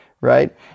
right